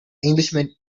englishman